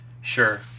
sure